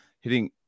hitting